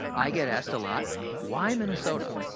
i get asked a lot why minnesota?